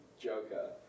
joker